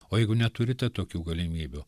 o jeigu neturite tokių galimybių